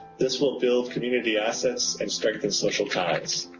this will build community assets and strengthen social ties.